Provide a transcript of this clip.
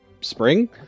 spring